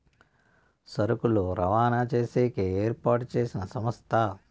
సరుకులు రవాణా చేసేకి ఏర్పాటు చేసిన సంస్థ